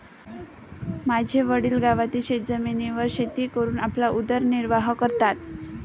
माझे वडील गावातील शेतजमिनीवर शेती करून आपला उदरनिर्वाह करतात